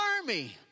army